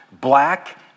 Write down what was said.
black